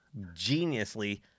geniusly